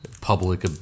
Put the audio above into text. public